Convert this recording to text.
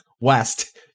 west